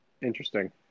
Interesting